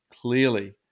clearly